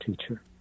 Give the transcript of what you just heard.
teacher